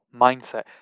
mindset